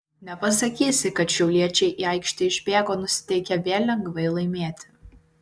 nepasakysi kad šiauliečiai į aikštę išbėgo nusiteikę vėl lengvai laimėti